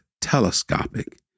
telescopic